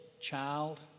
child